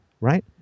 right